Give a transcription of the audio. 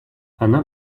она